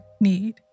need